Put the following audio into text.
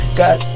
got